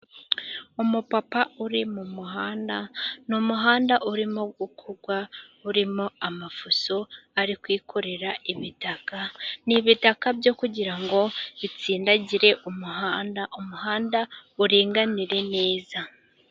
Umupapa uri mu muhanda, ni umuhanda urimo gukorwa, urimo amafuso ari kwikorera ibitaka, ni ibitaka byo kugira ngo bitsindagire umuhanda, umuhanda uringanire neza.